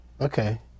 Okay